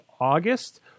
august